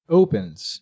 opens